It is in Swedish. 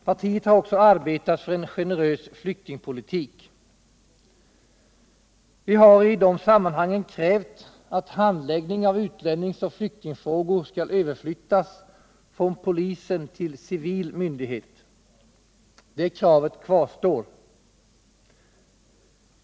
Partiet har också arbetat för en generös flyktingpolitik. Vi har i de sammanhangen krävt att handläggning av utlänningsoch flyktingfrågor skall överflyttas från polisen till civil myndighet. Det kravet kvarstår.